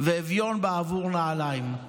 ואביון בעבור נעלים".